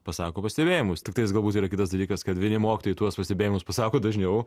pasako pastebėjimus tiktais galbūt yra kitas dalykas kad vieni mokytojai tuos pastebėjimus pasako dažniau